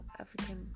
African